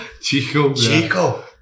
Chico